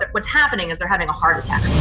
but what's happening is they're having a heart attack.